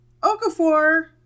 Okafor